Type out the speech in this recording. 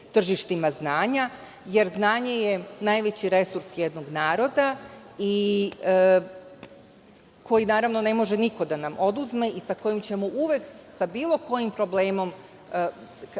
tržištima znanja, jer znanje je najveći resurs jednog naroda koji naravno ne može niko da nam oduzme i sa kojim ćemo uvek, sa bilo kojim problemom